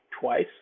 twice